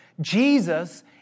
Jesus